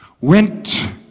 went